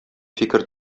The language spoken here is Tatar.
фикер